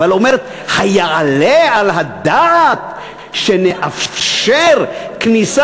אבל אומרת: היעלה על הדעת שנאפשר כניסה?